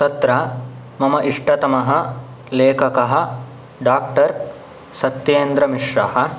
तत्र मम इष्टतमः लेखकः डाक्टर् सत्येन्द्रमिश्रः